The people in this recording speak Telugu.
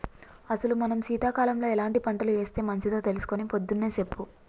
అసలు మనం సీతకాలంలో ఎలాంటి పంటలు ఏస్తే మంచిదో తెలుసుకొని పొద్దున్నే సెప్పు